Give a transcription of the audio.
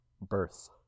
birth